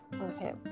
okay